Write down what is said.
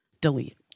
delete